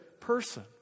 person